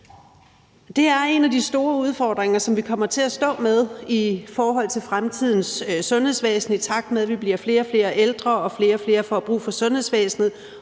Det er en af de store udfordringer, som vi kommer til at stå med i forhold til fremtidens sundhedsvæsen, i takt med at vi bliver flere og flere ældre og flere og flere får brug for sundhedsvæsenet,